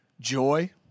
joy